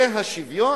זה השוויון?